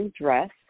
dress